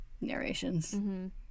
narrations